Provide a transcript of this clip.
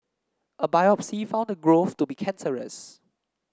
a biopsy found the growth to be cancerous